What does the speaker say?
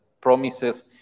promises